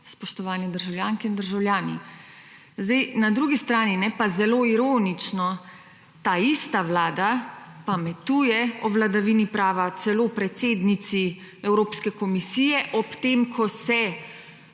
spoštovane državljanke in državljani. Zdaj, na drugi strani pa - zelo ironično – ta ista vlada pametuje o vladavini prava celo predsednici Evropske komisije ob tem, ko se